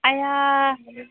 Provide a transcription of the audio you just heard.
आइया